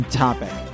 topic